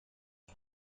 how